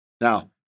Now